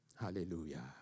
Hallelujah